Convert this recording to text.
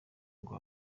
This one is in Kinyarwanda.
ngo